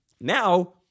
now